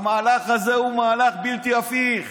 המהלך הזה הוא מהלך בלתי הפיך.